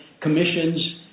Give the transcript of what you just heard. commissions